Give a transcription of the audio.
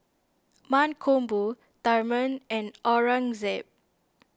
Mankombu Tharman and Aurangzeb